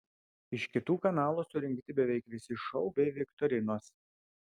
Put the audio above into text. iš kitų kanalų surinkti beveik visi šou bei viktorinos